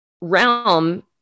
realm